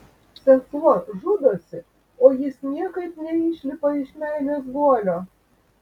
sesuo žudosi o jis niekaip neišlipa iš meilės guolio